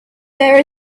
there